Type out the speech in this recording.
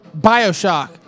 Bioshock